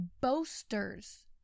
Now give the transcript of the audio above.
Boasters